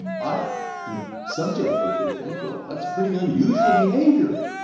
i subjectively think, well, that's pretty unusual behavior,